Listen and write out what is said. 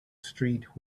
street